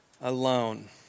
alone